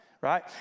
right